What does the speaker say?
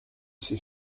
ses